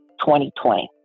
2020